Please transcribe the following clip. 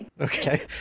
Okay